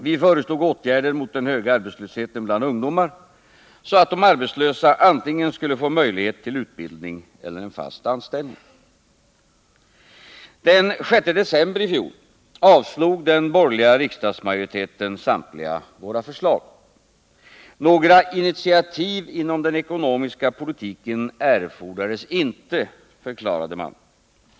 Vi föreslog åtgärder mot den höga arbetslösheten bland ungdomar, så att de arbetslösa antingen skulle få möjlighet till utbildning eller en fast anställning. Den 6 december i fjol avslog den borgerliga riksdagsmajoriteten samtliga våra förslag. Några initiativ inom den ekonomiska politiken erfordrades inte, förklarade man.